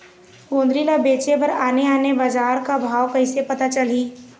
गोंदली ला बेचे बर आने आने बजार का भाव कइसे पता चलही?